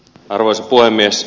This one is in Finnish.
arvoisa puhemies